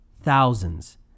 thousands